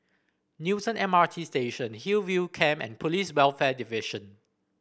Newton M R T Station Hillview Camp and Police Welfare Division